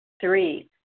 Three